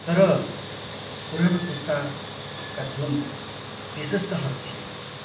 तर पुरानो पुस्ताका जुन विशेषताहरू थिए